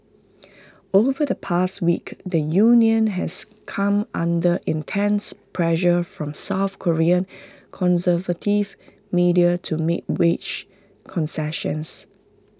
over the past week the union has come under intense pressure from south Korean conservative media to make wage concessions